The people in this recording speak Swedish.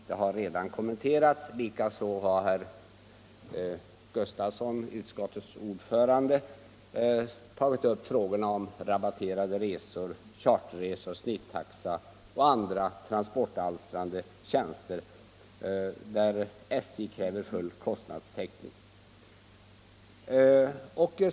Det har redan kommenterats, likaså har herr Sven Gustafson i Göteborg, utskottets ordförande, tagit upp frågorna om rabatterade resor, charterresor, snittaxa och andra transportalstrande tjänster där SJ kräver full kostnadstäckning.